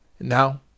Now